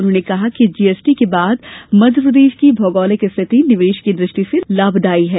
उन्होंने कहा कि जीएसटी के बाद मध्यप्रदेश की भौगोलिक स्थिति निवेश की दृष्टि से लाभदायी है